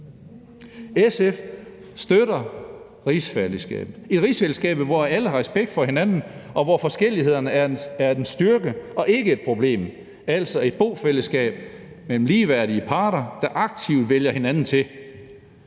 SF støtter rigsfællesskabet - et rigsfællesskab, hvor alle har respekt for hinanden, og hvor forskellighederne er en styrke og ikke et problem, altså et bofællesskab mellem ligeværdige parter, der aktivt vælger hinanden til.